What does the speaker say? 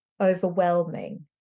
overwhelming